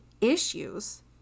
issues